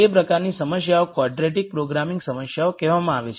તે પ્રકારની સમસ્યાઓ ક્વોડ્રેટિક પ્રોગ્રામિંગ સમસ્યાઓ કહેવામાં આવે છે